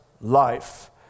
life